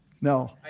No